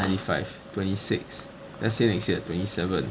ninety five twenty six let's say next year twenty seven